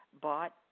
bought